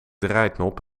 draaiknop